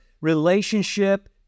relationship